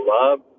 love